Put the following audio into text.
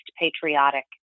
patriotic